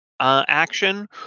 Action